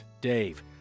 Dave